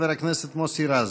חבר הכנסת מוסי רז.